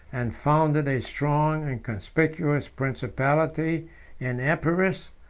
and founded a strong and conspicuous principality in epirus,